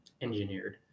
engineered